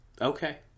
Okay